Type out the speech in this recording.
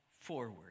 forward